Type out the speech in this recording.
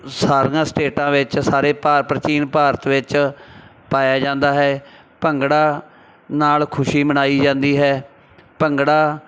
ਸਾਰੀਆਂ ਸਟੇਟਾਂ ਵਿੱਚ ਸਾਰੇ ਭਾਰ ਪ੍ਰਾਚੀਨ ਭਾਰਤ ਵਿੱਚ ਪਾਇਆ ਜਾਂਦਾ ਹੈ ਭੰਗੜਾ ਨਾਲ ਖੁਸ਼ੀ ਮਨਾਈ ਜਾਂਦੀ ਹੈ ਭੰਗੜਾ